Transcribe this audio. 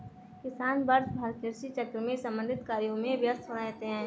किसान वर्षभर कृषि चक्र से संबंधित कार्यों में व्यस्त रहते हैं